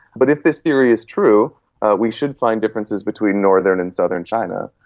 but if this theory is true we should find differences between northern and southern china.